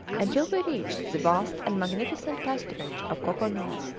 until we reached the vast and magnificent pasturage of koko-nor.